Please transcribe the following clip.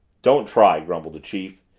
don't try, grumbled the chief.